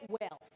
wealth